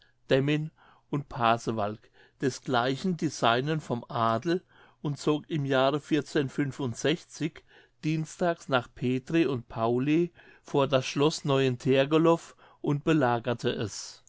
demmin und pasewalk desgleichen die seinen vom adel und zog im jahre dienstags nach petri und pauli vor das schloß neuentorgelov und belagerte es